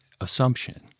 assumption